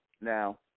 Now